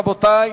אם כן, רבותי,